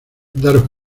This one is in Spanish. daros